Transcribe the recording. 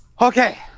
Okay